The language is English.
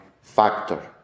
factor